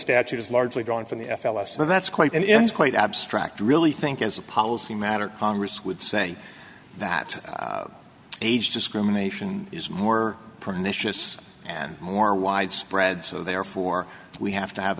statute is largely drawn from the f l s so that's quite an ins quite abstract really think as a policy matter congress would say that age discrimination is more pernicious and more widespread so therefore we have to have